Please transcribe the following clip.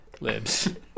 libs